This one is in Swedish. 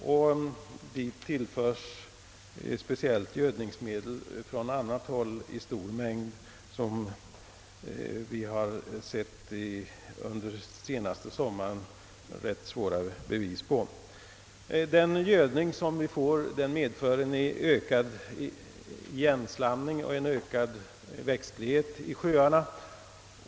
Dit förs i stor mängd ett speciellt gödnings medel, och vi har under den senaste sommaren sett de svåra följderna. Gödningen medför ökad igenslamning och mer växtlighet i sjöarna.